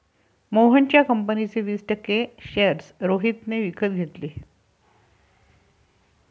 मोहनच्या कंपनीचे वीस टक्के शेअर्स रोहितने विकत घेतले